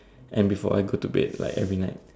and before I go to bed like every night